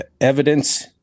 evidence